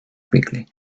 quickly